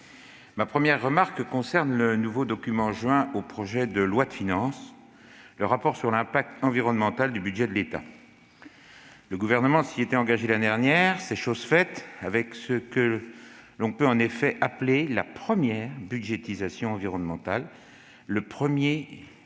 Ma première remarque concerne le nouveau document joint au projet de loi de finances : le rapport sur l'impact environnemental du budget de l'État. Le Gouvernement s'était engagé, l'année dernière, à produire un tel document ; c'est chose faite, aujourd'hui, avec ce qu'on peut en effet appeler la première budgétisation environnementale, le premier